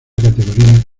categoría